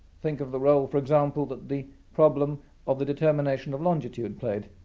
think of the role for example that the problem of the determination of longitude played,